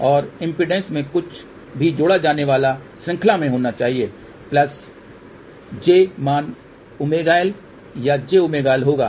और इम्पीडेन्स में कुछ भी जोड़ा जाने वाला श्रृंखला में होना चाहिए और j मान ωL या jωL होगा